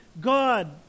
God